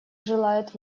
желает